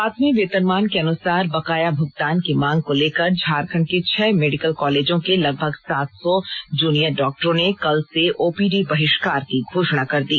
सातवें वेतनमान के अनुसार बकाया भुगतान की मांग को लेकर झारखंड के छह मेडिकल कालेजों के लगभग सात सौ जूनियर डॉक्टरों ने कल र्से ओपीडी बहिष्कार की घोषणा कर दी